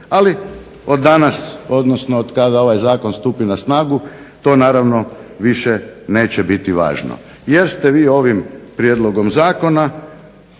Ali od danas odnosno od kada ovaj zakon stupi na snagu to naravno više neće biti važno, jer ste vi ovim prijedlogom zakona